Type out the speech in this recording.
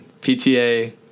PTA